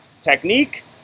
technique